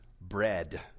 bread